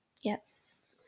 Yes